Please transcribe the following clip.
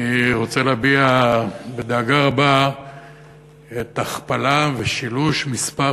אני רוצה להביע דאגה רבה מהכפלה ושילוש מספר